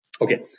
Okay